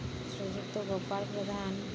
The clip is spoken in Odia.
ଶ୍ରୀଯୁକ୍ତ ଗୋପାଳ ପ୍ରଧାନ